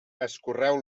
escorreu